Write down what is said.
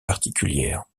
particulière